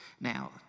Now